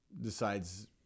decides